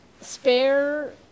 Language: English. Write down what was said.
spare